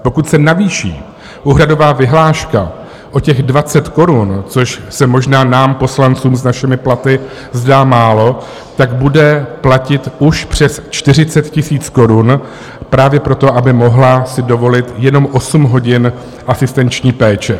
Pokud se navýší úhradová vyhláška o těch 20 korun, což se možná nám poslancům s našimi platy zdá málo, bude platit už přes 40 000 korun právě proto, aby si mohla dovolit jenom osm hodin asistenční péče.